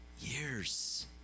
years